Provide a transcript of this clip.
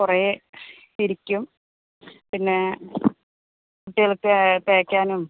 കുറെ ഇരിക്കും പിന്നേ കുട്ടികൾക്ക് തേയ്ക്കാനും